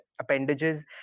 appendages